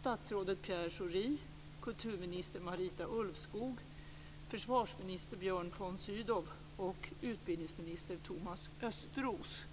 statsrådet Pierre Schori, kulturminister Marita Ulvskog, försvarsminister Björn von Sydow och utbildningsminister Thomas Östros.